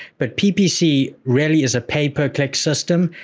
but ppc rarely is a pay-per-click system,